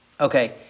Okay